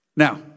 Now